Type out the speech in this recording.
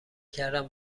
کردم